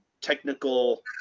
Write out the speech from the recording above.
technical